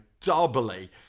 doubly